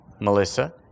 Melissa